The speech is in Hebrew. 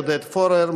עודד פורר,